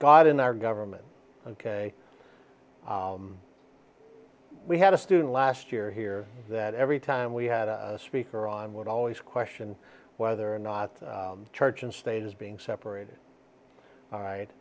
god in our government ok we had a student last year here that every time we had a speaker on would always question whether or not church and state is being separated al